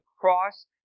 cross